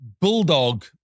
bulldog